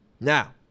Now